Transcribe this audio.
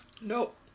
Nope